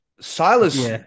Silas